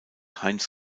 heinz